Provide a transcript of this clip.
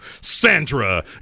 Sandra